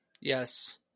Yes